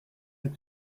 êtes